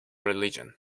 religion